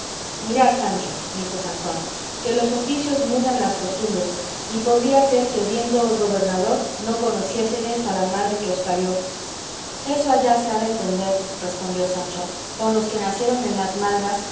señor mirad sancho dijo sansón que los oficios mudan las costumbres y podría ser que viéndoos gobernador no conociésedes a la madre que os parió eso allá se ha de entender respondió sancho con los que nacieron en las malvas